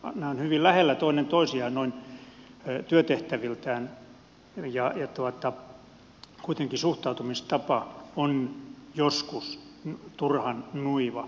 nämä ovat hyvin lähellä toinen toisiaan noin työtehtäviltään ja kuitenkin suhtautumistapa on joskus turhan nuiva